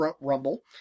Rumble